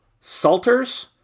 Salters